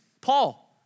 Paul